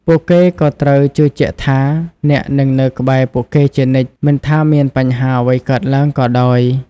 ពួកគេក៏ត្រូវជឿជាក់ថា អ្នកនឹងនៅក្បែរពួកគេជានិច្ច មិនថាមានបញ្ហាអ្វីកើតឡើងក៏ដោយ។